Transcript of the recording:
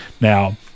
Now